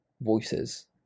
voices